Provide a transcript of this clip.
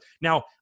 Now